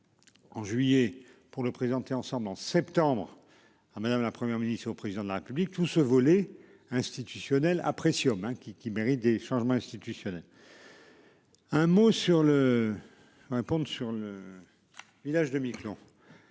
En juillet, pour le présenter ensemble en septembre à madame, la Première ministre et au président de la République tout ce volet institutionnel appréciable hein qui qui méritent des changements institutionnels.-- Un mot sur le. Un pont